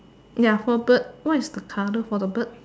ya for bird what is the colour for the bird